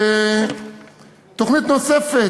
תוכנית נוספת: